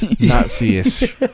Nazi-ish